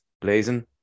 blazing